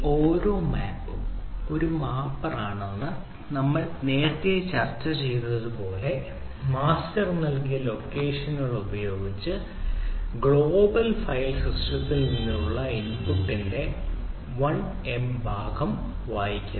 ഓരോ മാപ്പും ഓരോ മാപ്പറും ആണെന്ന് നമ്മൾ നേരത്തെ ചർച്ച ചെയ്തതുപോലെ മാസ്റ്റർ നൽകിയ ലൊക്കേഷനുകൾ ഉപയോഗിച്ച് ഗ്ലോബൽ ഫയൽ സിസ്റ്റത്തിൽ 1 M ഭാഗം വായിക്കുന്നു